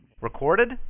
Recorded